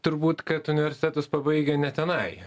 turbūt kad universitetus pabaigę ne tenai